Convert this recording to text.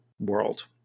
world